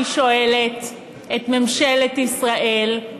אני שואלת את ממשלת ישראל,